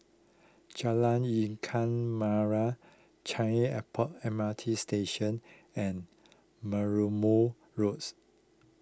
Jalan Ikan Merah Changi Airport M R T Station and Merlimau Road